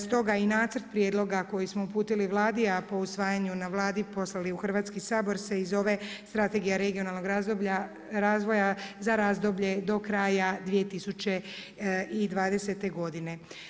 Stoga i nacrt prijedloga koji smo uputili Vladi, a po usvajanju na Vladi poslali u Hrvatski sabor se i zove Strategija regionalnog razvoja za razdoblje do kraja 2020. godine.